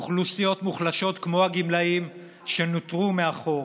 אוכלוסיות מוחלשות כמו הגמלאים שנותרו מאחור.